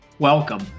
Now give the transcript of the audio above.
welcome